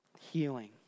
healing